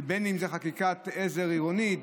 בין אם זו חקיקת עזר עירונית,